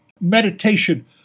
meditation